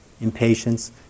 impatience